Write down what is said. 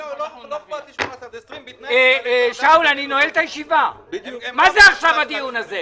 ולא שאני אדבר עם לשכת ראש הממשלה זה מה שאתם יודעים לעשות.